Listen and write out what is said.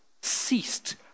ceased